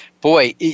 boy